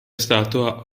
stato